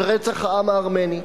של רצח העם הארמני.